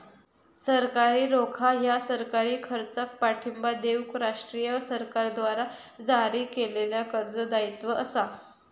सरकारी रोखा ह्या सरकारी खर्चाक पाठिंबा देऊक राष्ट्रीय सरकारद्वारा जारी केलेल्या कर्ज दायित्व असा